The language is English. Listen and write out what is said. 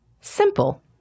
Simple